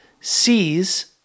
sees